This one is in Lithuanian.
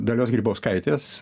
dalios grybauskaitės